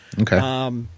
Okay